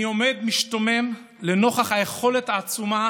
אני עומד משתומם לנוכח היכולת העצומה